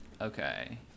okay